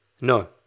no